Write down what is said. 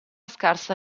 scarsa